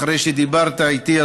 אחרי שדיברת איתי,